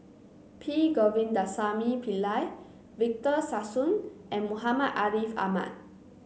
P Govindasamy Pillai Victor Sassoon and Muhammad Ariff Ahmad